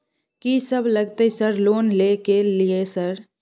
कि सब लगतै सर लोन ले के लिए सर?